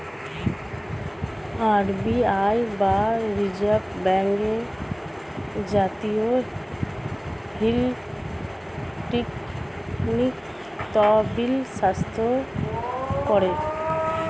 RBI বা reserve bank জাতীয় electronic তহবিল স্থানান্তর করে